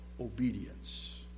obedience